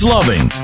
Loving